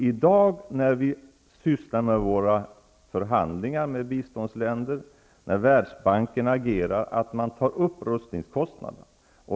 I förhandlingar med biståndsländer, och när Världsbanken agerar, diskuteras även upprustningskostnader.